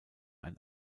ein